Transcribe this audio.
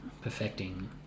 perfecting